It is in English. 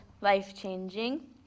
life-changing